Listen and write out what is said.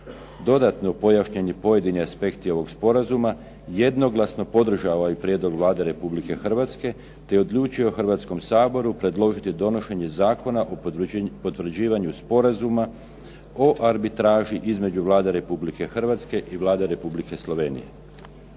dodatno pojašnjeni pojedini aspekti ovog sporazuma, jednoglasno podržao ovaj prijedlog Vlade Republike Hrvatske, te je odlučio Hrvatskom saboru predložiti donošenje Zakona o potvrđivanju Sporazuma o arbitraži između Vlade Republike Hrvatske i Vlade Republike Slovenije.